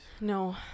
No